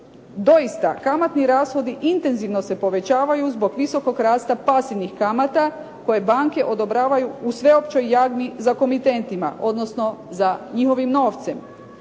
Doista, kamatni rashodi intenzivno se povećavaju zbog visokog rasta pasivnih kamata koje banke odobravaju u sveopćoj jadi za komitentima, odnosno za njihovim novcem.